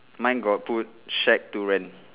mine got put shack to rent